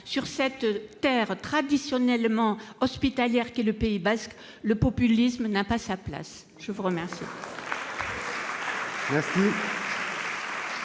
Sur cette terre traditionnellement hospitalière qu'est le Pays basque, le populisme n'a pas sa place. La parole